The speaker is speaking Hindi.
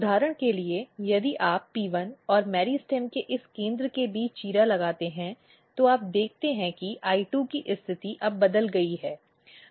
उदाहरण के लिए यदि आप P1 और मेरिस्टेम के इस केंद्र के बीच चीरा लगाते हैं तो आप देखते हैं कि I2 की स्थिति अब बदल गई है